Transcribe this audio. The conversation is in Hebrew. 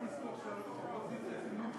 תכף ישחררו לנו את